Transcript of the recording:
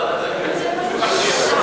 ועדת הכנסת.